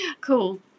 cool